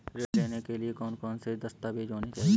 ऋण लेने के लिए कौन कौन से दस्तावेज होने चाहिए?